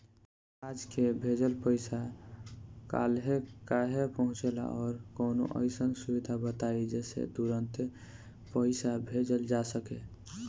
आज के भेजल पैसा कालहे काहे पहुचेला और कौनों अइसन सुविधा बताई जेसे तुरंते पैसा भेजल जा सके?